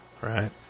right